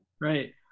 Right